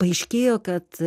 paaiškėjo kad